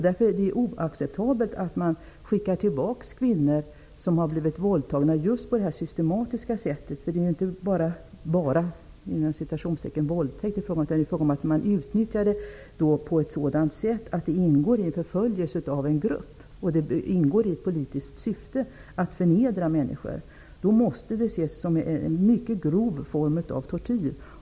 Det är oacceptabelt att man skickar tillbaka kvinnor som har blivit våldtagna på just det här systematiska sättet. Det är inte ''bara'' våldtäkt det är fråga om, det är fråga om att den utnyttjas i förföljelse av en grupp. Den ingår i ett politiskt syfte att förnedra människor. Då måste den ses som en mycket grov form av tortyr.